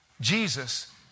Jesus